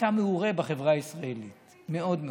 אתה מעורה בחברה הישראלית מאוד מאוד.